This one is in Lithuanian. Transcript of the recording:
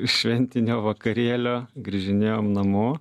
šventinio vakarėlio grįžinėjom namo